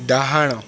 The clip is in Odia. ଡାହାଣ